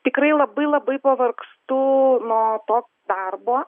tikrai labai labai pavargstu nuo to darbo